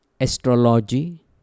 Astrology